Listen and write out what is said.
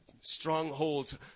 strongholds